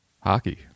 hockey